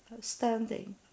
standing